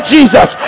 Jesus